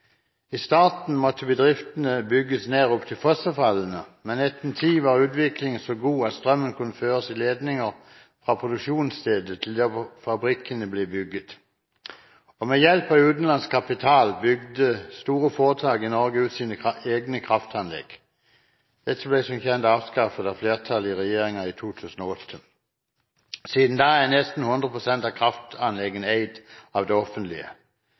I starten måtte bedriftene bygges nært opp til fossefallene, men etter en tid var utviklingen så god at strømmen kunne føres i ledninger fra produksjonsstedet til der hvor fabrikkene ble bygget. Ved hjelp av utenlandsk kapital bygget store foretak i Norge ut sine egne kraftanlegg. Dette ble som kjent avskaffet av regjeringen i 2008. Siden den gang er nesten 100 pst. av kraftanleggene eid av det offentlige.